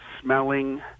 smelling